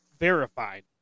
verified